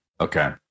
Okay